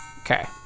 okay